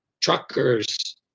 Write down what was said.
truckers